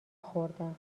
خوردم